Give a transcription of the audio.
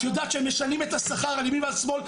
את יודעת שהם משנים את השכר על ימין ועל שמאל?